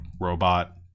robot